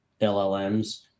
LLMs